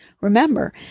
Remember